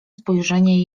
spojrzenie